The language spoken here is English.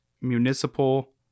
municipal